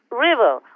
river